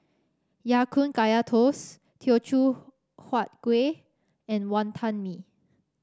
Ya Kun Kaya Toast Teochew Huat Kueh and Wonton Mee